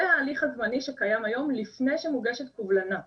זה ההליך הזמני שקיים היום לפני שמוגשת קובלנה בכלל.